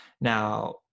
Now